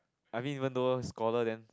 I mean even though scholar then